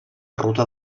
ruta